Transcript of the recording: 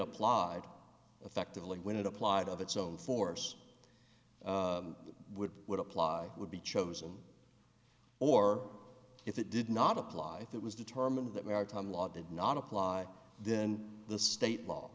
applied effectively when it applied of its own force would would apply would be chosen or if it did not apply it was determined that maritime law did not apply then the state law